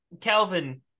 Calvin